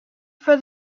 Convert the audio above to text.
for